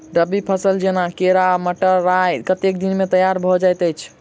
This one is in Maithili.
रबी फसल जेना केराव, मटर, राय कतेक दिन मे तैयार भँ जाइत अछि?